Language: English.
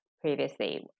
previously